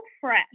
fresh